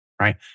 Right